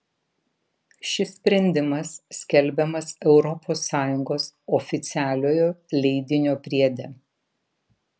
šis sprendimas skelbiamas europos sąjungos oficialiojo leidinio priede